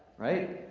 right?